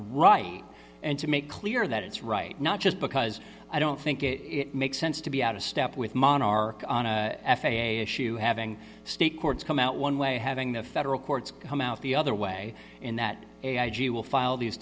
right and to make clear that it's right not just because i don't think it makes sense to be out of step with monarch on a f a a issue having state courts come out one way having the federal courts come out the other way and that you will file these